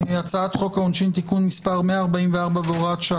הצעת חוק העונשין (תיקון מס' 144 והוראת שעה)